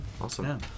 awesome